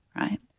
right